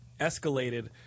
escalated